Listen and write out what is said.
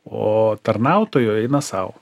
o tarnautojo eina sau